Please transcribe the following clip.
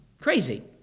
crazy